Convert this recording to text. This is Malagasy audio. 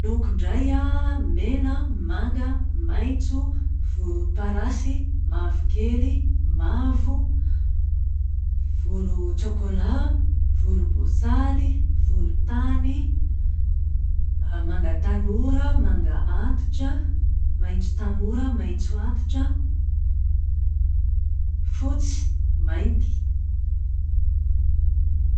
Loko indray an, mena, manga, maitso, voloparasy, mavokely, mavo, volotsokola, volomboasary, volotany, manga tanora, manga antitra, maitso tanora, maitso antitra, fotsy, mainty.